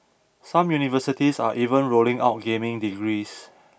some universities are even rolling out gaming degrees